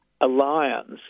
alliance